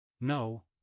No